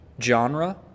genre